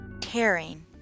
tearing